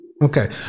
Okay